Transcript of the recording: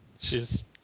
shes